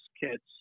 kits